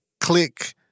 click